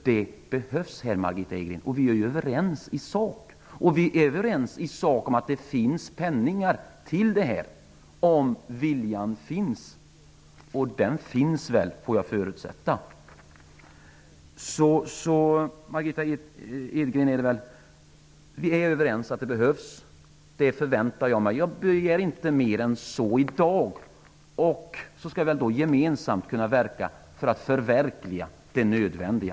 Det behövs, Margitta Edgren, och vi är ju överens i sak om satsningens nödvändighet och att det finns pengar till detta om viljan finns. Den finns väl, får jag förutsätta. Jag begär inte mer än så i dag. Vi borde väl gemensamt kunna verka för att förverkliga det nödvändiga.